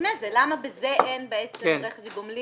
לפני זה, למה בזה אין בעצם רכש גומלין?